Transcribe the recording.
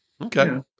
Okay